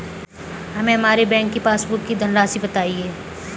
हमें हमारे बैंक की पासबुक की धन राशि बताइए